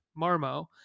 Marmo